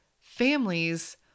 families